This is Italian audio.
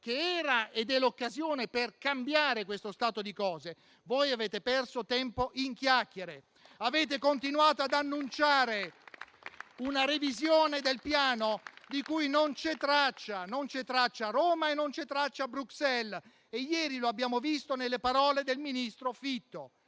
che era ed è l'occasione per cambiare questo stato di cose, voi avete perso tempo in chiacchiere. Avete continuato ad annunciare una revisione del Piano di cui non c'è traccia a Roma e a Bruxelles e ieri lo abbiamo visto nelle parole del ministro Fitto.